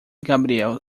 gabriel